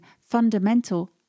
fundamental